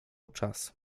czas